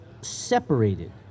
separated